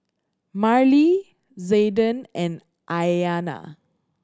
Marlee Zaiden and Aiyana